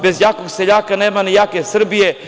Bez jakog seljaka nema ni jake Srbije.